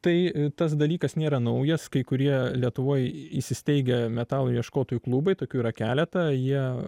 tai tas dalykas nėra naujas kai kurie lietuvoj įsisteigę metalo ieškotojų klubai tokių yra keletą jie